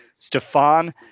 Stefan